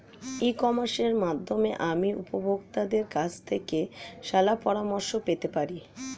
ই কমার্সের মাধ্যমে আমি উপভোগতাদের কাছ থেকে শলাপরামর্শ পেতে পারি?